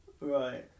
Right